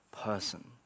person